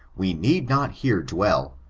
we need not here dwell,